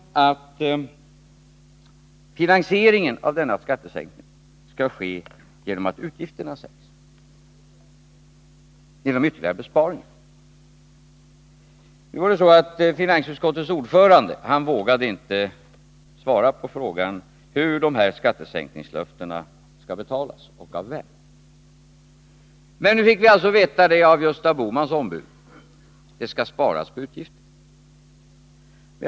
Finansieringen av denna skattesänkning skall ske genom att utgifterna sänks, genom ytterligare besparingar. Nu är det så att finansutskottets ordförande inte vågade svara på frågan hur förverkligandet av skattesänkningslöftena skall betalas och av vem. Men nu fick vi alltså veta det av Gösta Bohmans ombud — det skall sparas på utgifterna.